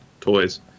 Toys